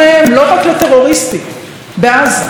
לא רק לטרוריסטים בעזה.